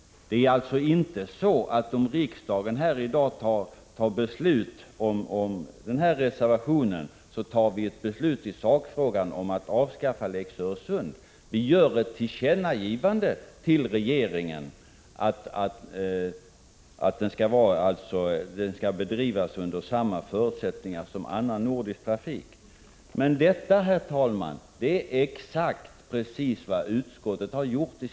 Det är alltså inte så att om riksdagen i dag fattar beslut i enlighet med denna reservation, fattar den också ett beslut i sakfrågan om att avskaffa Lex Öresund. Vi gör ett tillkännagivande till regeringen att Öresundstrafiken skall bedrivas under samma förutsättningar som annan nordisk trafik. Men detta, herr talman, är precis vad utskottet har sagt.